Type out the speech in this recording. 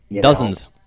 Dozens